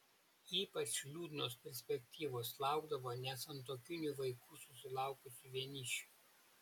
ypač liūdnos perspektyvos laukdavo nesantuokinių vaikų susilaukusių vienišių